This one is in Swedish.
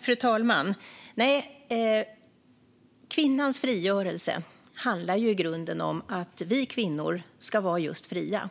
Fru talman! Kvinnans frigörelse handlar i grunden om att vi kvinnor ska vara just fria.